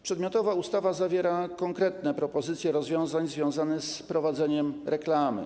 Przedmiotowa ustawa zawiera konkretne propozycje rozwiązań związane z prowadzeniem reklamy.